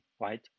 right